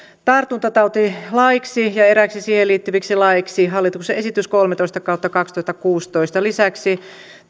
tartuntatautilaiksi ja eräiksi siihen liittyviksi laeiksi hallituksen esitys kolmetoista kautta kaksituhattakuusitoista vp lisäksi